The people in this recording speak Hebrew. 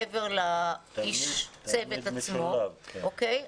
מעבר לאיש הצוות עצמו.